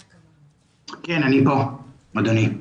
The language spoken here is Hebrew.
כן, אני פה, אדוני.